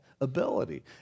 ability